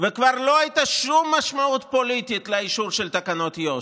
וכבר לא הייתה שום משמעות פוליטית לאישור של תקנות יו"ש,